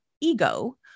EGO